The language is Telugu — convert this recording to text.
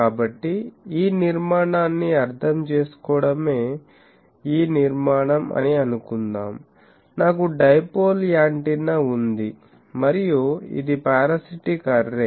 కాబట్టి ఈ నిర్మాణాన్ని అర్థం చేసుకోవడమే ఈ నిర్మాణం అని అనుకుందాం నాకు డైపోల్ యాంటెన్నా ఉంది మరియు ఇది పారాసిటిక్ అర్రే